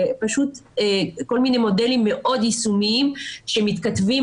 פשוט כל מיני מודלים מאוד יישומיים שמתכתבים